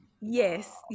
Yes